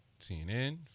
CNN